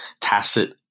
tacit